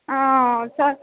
आँ सएह